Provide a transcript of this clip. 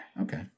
Okay